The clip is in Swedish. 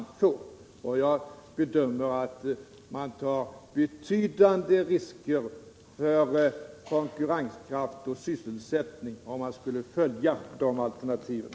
Enligt min bedömning skulle det innebära betydande risker för konkurrenskraft och sysselsättning att följa alternativet.